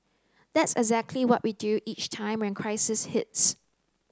that's exactly what we do each time when crisis hits